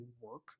work